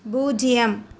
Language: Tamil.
பூஜ்ஜியம்